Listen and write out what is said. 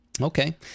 Okay